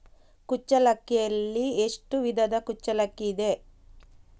ಕುಚ್ಚಲಕ್ಕಿಯಲ್ಲಿ ಎಷ್ಟು ವಿಧದ ಕುಚ್ಚಲಕ್ಕಿ ಇದೆ?